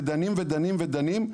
ודנים ודנים ודנים,